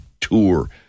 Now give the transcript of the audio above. tour